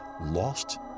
lost